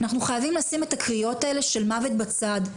אנחנו חייבים לשים את הקריאות האלה של מוות בצד.